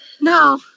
No